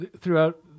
Throughout